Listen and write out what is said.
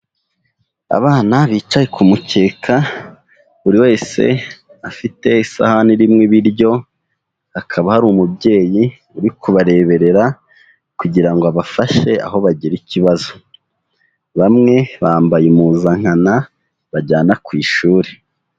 Abana bicaye ku mukeka buri wese afite isahani irimo ibiryo, hakaba hari umubyeyi uri kubareberera kugira ngo abafashe aho bagira ikibazo. Bamwe bambaye impuzankano bajyana ku ishuri.